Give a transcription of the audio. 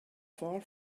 far